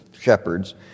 shepherds